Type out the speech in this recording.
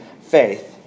faith